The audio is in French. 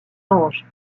anges